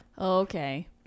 Okay